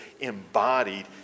embodied